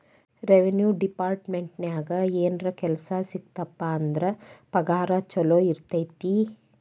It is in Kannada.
ರೆವೆನ್ಯೂ ಡೆಪಾರ್ಟ್ಮೆಂಟ್ನ್ಯಾಗ ಏನರ ಕೆಲ್ಸ ಸಿಕ್ತಪ ಅಂದ್ರ ಪಗಾರ ಚೊಲೋ ಇರತೈತಿ